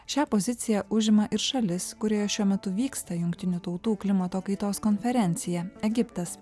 šią poziciją užima ir šalis kurioje šiuo metu vyksta jungtinių tautų klimato kaitos konferencija egiptas